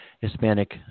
Hispanic